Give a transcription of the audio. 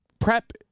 Prep